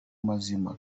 mazima